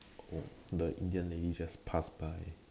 oh the Indian lady just pass by